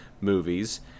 movies